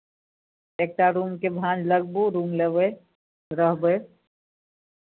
एकटा रूमके भाँज लगाबू रूम लेबै रहबै